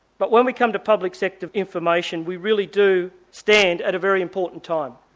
but when we come to public sector information we really do stand at a very important time.